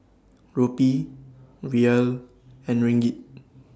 Rupee Riel and Ringgit